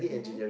mmhmm